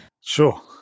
Sure